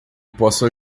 posso